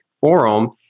forum